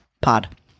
pod